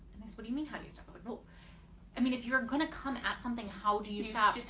what do you mean how do you stop? i mean if you're going to come at something how do you stop